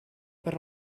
per